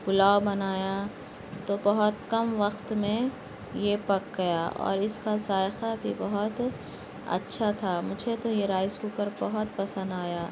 پلاؤ بنایا تو بہت کم وقت میں یہ پک گیا اور اس کا ذائقہ بھی بہت اچھا تھا مجھے تو یہ رائس کوکر بہت پسند آیا